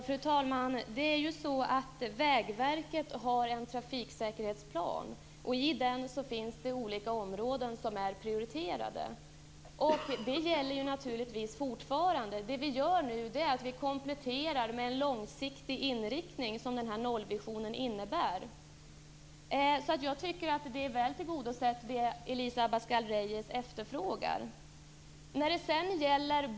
Fru talman! Vägverket har en trafiksäkerhetsplan med olika områden som är prioriterade, och den gäller naturligtvis fortfarande. Vad vi nu gör är att vi kompletterar med en långsiktig inriktning såsom nollvisionen innebär. Jag tycker att det som Elisa Abascal Reyes efterfrågar är väl tillgodosett.